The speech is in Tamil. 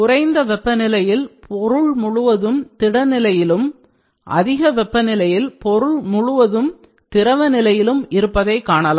குறைந்த வெப்பநிலையில் பொருள் முழுவதும் திட நிலையிலும் அதிக வெப்பநிலையில் பொருள் முழுவதும் திரவ நிலையிலும் இருப்பதைக் காணலாம்